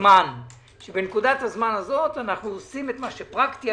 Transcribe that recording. הזמן שבה אנו עושים את מה שפרקטי,